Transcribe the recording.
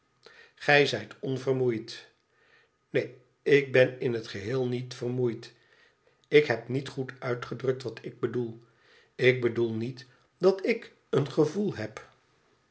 gij zijt onvermoeid neen ik ben in het geheel niet vermoeid ik heb niet goed uitgedrukt wat ik bedoel ik bedoel niet dat ik een gevoel heb